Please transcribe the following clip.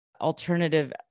alternative